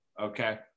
Okay